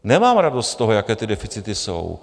Nemám radost z toho, jaké ty deficity jsou.